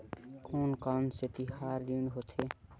कोन कौन से तिहार ऋण होथे?